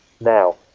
Now